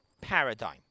paradigm